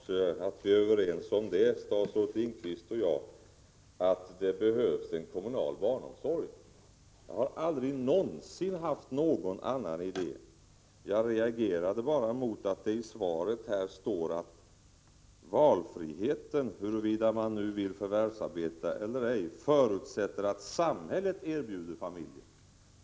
Herr talman! Det är helt klart att vi, statsrådet Lindqvist och jag, är överens om att det behövs en kommunal barnomsorg. Jag har aldrig någonsin haft någon annan idé. Jag reagerade bara mot att det i svaret står att valet att förvärvsarbeta eller ej ”förutsätter att samhället erbjuder familjen en trygg barnomsorg”.